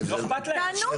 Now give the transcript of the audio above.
תענו.